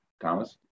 Thomas